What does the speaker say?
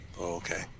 Okay